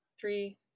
Three